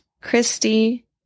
Christy